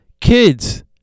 Kids